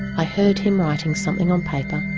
i heard him writing something on paper,